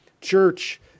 Church